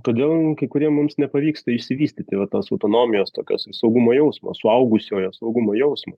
todėl kai kuriem mums nepavyksta išsivystyti va tos autonomijos tokios ir saugumo jausmo suaugusiojo saugumo jausmo